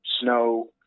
snow